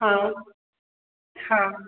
हा हा